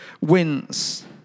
wins